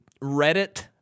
Reddit